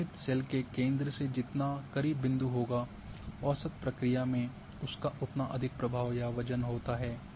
अनुमानित सेल के केंद्र के जितना करीब बिंदु होता है औसत प्रक्रिया में उसका उतना अधिक प्रभाव या वजन होता है